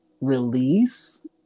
release